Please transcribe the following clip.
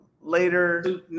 later